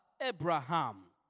Abraham